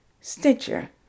Stitcher